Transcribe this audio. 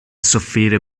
soffrire